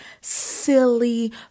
silly